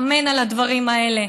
אמן על הדברים האלה.